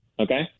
okay